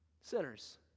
Sinners